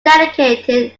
dedicated